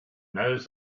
knows